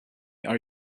are